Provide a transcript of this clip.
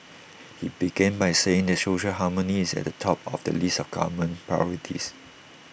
he began by saying that social harmony is at the top of the list of government priorities